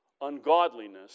ungodliness